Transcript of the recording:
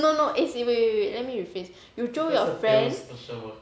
no no no as in wait wait wait let me rephrase you jio your friend